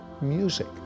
music